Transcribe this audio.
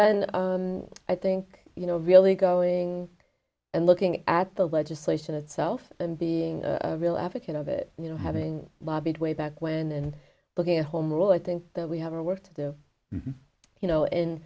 then i think you know really going and looking at the legislation itself and being a real advocate of it you know having lobbied way back when and looking at home rule i think that we have our work to do you know